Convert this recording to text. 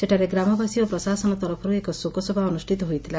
ସେଠାରେ ଗ୍ରାମବାସୀ ଓ ପ୍ରଶାସନ ତରଫରୁ ଏକ ଶୋକସଭା ଅନୁଷିତ ହୋଇଥିଲା